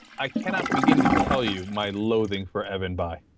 i cannot begin to tell you my loading for everybody